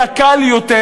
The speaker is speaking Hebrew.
היה קל יותר